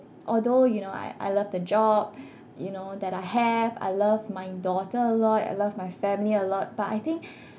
although you know I I love the job you know that I have I love my daughter a lot I love my family a lot but I think